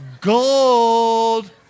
gold